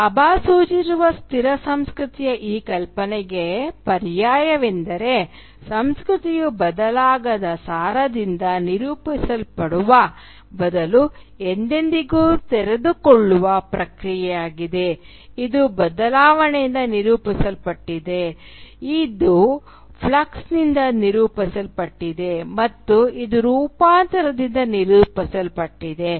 ಭಾಭಾ ಸೂಚಿಸುವ ಸ್ಥಿರ ಸಂಸ್ಕೃತಿಯ ಈ ಕಲ್ಪನೆಗೆ ಪರ್ಯಾಯವೆಂದರೆ ಸಂಸ್ಕೃತಿಯು ಬದಲಾಗದ ಸಾರದಿಂದ ನಿರೂಪಿಸಲ್ಪಡುವ ಬದಲು ಎಂದೆಂದಿಗೂ ತೆರೆದುಕೊಳ್ಳುವ ಪ್ರಕ್ರಿಯೆಯಾಗಿದೆ ಇದು ಬದಲಾವಣೆಯಿಂದ ನಿರೂಪಿಸಲ್ಪಟ್ಟಿದೆ ಇದು ಫ್ಲಕ್ಸ್ನಿಂದ ನಿರೂಪಿಸಲ್ಪಟ್ಟಿದೆ ಮತ್ತು ಇದು ರೂಪಾಂತರದಿಂದ ನಿರೂಪಿಸಲ್ಪಟ್ಟಿದೆ